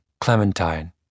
Clementine